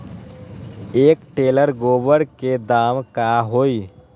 एक टेलर गोबर के दाम का होई?